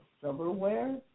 silverware